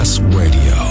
radio